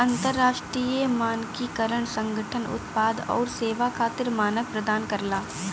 अंतरराष्ट्रीय मानकीकरण संगठन उत्पाद आउर सेवा खातिर मानक प्रदान करला